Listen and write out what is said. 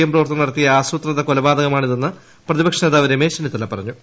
M പ്രവർത്തകർ നടത്തിയ ആസൂത്രിത കൊലപാതകമാണിതെന്ന് പ്രതിപക്ഷ നേതാവ് രമേശ് ചെന്നിത്തല പറഞ്ഞു